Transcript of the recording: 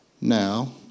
Now